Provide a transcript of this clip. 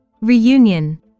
Reunion